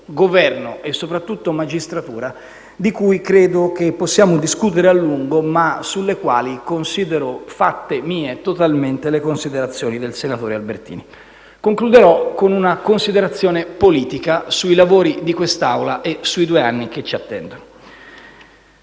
Governo e, soprattutto, magistratura, di cui credo possiamo discutere a lungo, ma in ordine ai quali faccio totalmente mie le considerazioni del senatore Albertini. Concluderò con una considerazione politica sui lavori di quest'Assemblea e sui due anni che ci attendono.